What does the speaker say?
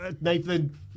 Nathan